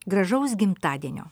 gražaus gimtadienio